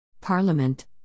Parliament